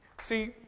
See